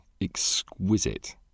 exquisite